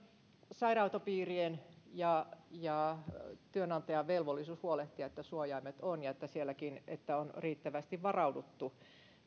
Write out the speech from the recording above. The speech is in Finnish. sairaanhoitopiirien ja ja työnantajan velvollisuus huolehtia että suojaimet on ja että sielläkin on riittävästi varauduttu